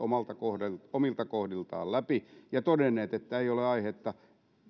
omilta kohdiltaan läpi ja todenneet että ei ole aihetta